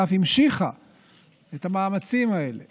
ואף המשיכה את המאמצים האלה